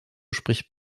spricht